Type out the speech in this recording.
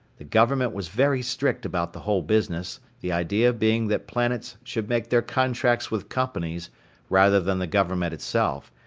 the government was very strict about the whole business, the idea being that planets should make their contracts with companies rather than the government itself,